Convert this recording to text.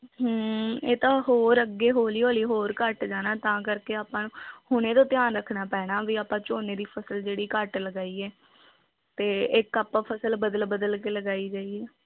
ਹਮ ਇਹ ਤਾਂ ਹੋਰ ਅੱਗੇ ਹੌਲੀ ਹੌਲੀ ਹੋਰ ਘੱਟ ਜਾਣਾ ਤਾਂ ਕਰਕੇ ਆਪਾਂ ਨੂੰ ਹੁਣ ਇਹਦਾ ਧਿਆਨ ਰੱਖਣਾ ਪੈਣਾ ਵੀ ਆਪਾਂ ਝੋਨੇ ਦੀ ਫਸਲ ਜਿਹੜੀ ਘੱਟ ਲਗਾਈਏ ਅਤੇ ਇੱਕ ਆਪਾਂ ਫਸਲ ਬਦਲ ਬਦਲ ਕੇ ਲਗਾਈ ਜਾਈਏ